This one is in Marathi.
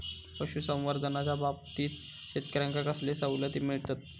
पशुसंवर्धनाच्याबाबतीत शेतकऱ्यांका कसले सवलती मिळतत?